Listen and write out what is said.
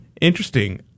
interesting